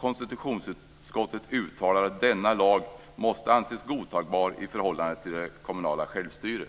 Konstitutionsutskottet uttalar att denna lag måste anses godtagbar i förhållande till det kommunala självstyret.